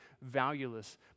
valueless